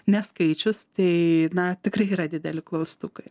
neskaičius tai na tikrai yra dideli klaustukai